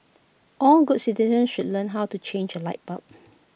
all good citizens should learn how to change A light bulb